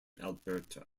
alberta